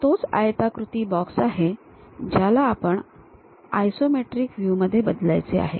हा तोच आयताकृती बॉक्स आहे ज्याला आपल्याला आयसोमेट्रिक व्ह्यू मध्ये बदलायचे आहे